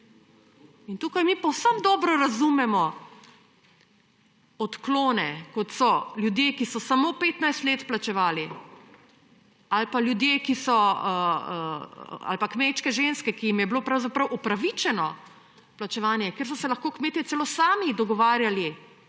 tukaj mi povsem dobro razumemo odklone, kot so – ljudje, ki so samo 15 let plačevali, ali pa kmečke ženske ki jim je bilo pravzaprav opravičeno plačevanje, ker so se lahko kmetje celo sami dogovarjali,